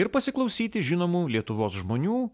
ir pasiklausyti žinomų lietuvos žmonių